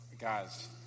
Guys